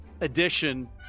Edition